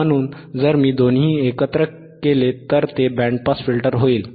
म्हणून जर मी दोन्ही एकत्र केले तर ते बँड पास फिल्टर होईल